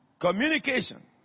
Communication